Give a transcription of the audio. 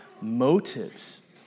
motives